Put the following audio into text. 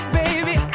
baby